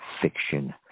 fiction